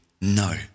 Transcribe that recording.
No